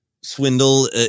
swindle